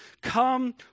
Come